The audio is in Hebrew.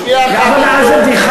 שנייה אחת,